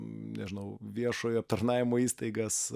nežinau viešojo aptarnavimo įstaigas